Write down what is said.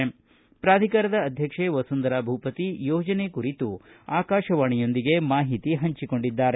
ಈ ಕುರಿತು ಪ್ರಾಧಿಕಾರದ ಅಧ್ಯಕ್ಷೆ ವಸುಂಧರಾ ಭೂಪತಿ ಯೋಜನೆ ಕುರಿತು ಆಕಾಶವಾಣಿಯೊಂದಿಗೆ ಮಾಹಿತಿ ಹಂಚಿಕೊಂಡಿದ್ದಾರೆ